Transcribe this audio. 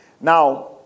Now